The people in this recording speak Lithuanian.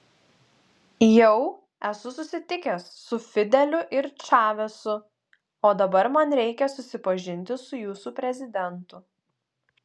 jau esu susitikęs su fideliu ir čavesu o dabar man reikia susipažinti su jūsų prezidentu